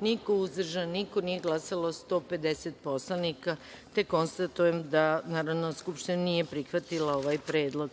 niko, uzdržanih – nema, nije glasalo 150 poslanika. Konstatujem da Narodna skupština nije prihvatila ovaj predlog.